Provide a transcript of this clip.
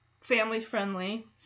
family-friendly